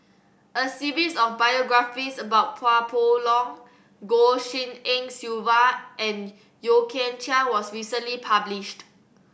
a series of biographies about Chua Poh Leng Goh Tshin En Sylvia and Yeo Kian Chai was recently published